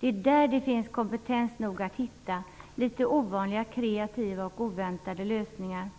Det är där det finns kompetens nog att hitta litet ovanliga, kreativa och oväntade lösningar.